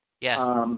Yes